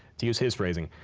to use his phrasing,